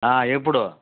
ఎప్పుడో